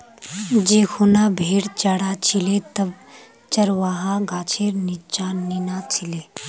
जै खूना भेड़ च र छिले तब चरवाहा गाछेर नीच्चा नीना छिले